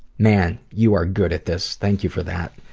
man, you are good at this. thank you for that.